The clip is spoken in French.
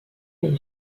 est